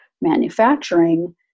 manufacturing